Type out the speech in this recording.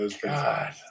God